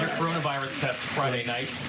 coronavirus test friday night.